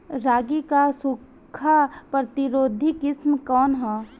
रागी क सूखा प्रतिरोधी किस्म कौन ह?